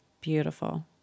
Beautiful